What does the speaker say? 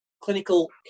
clinical